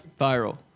Viral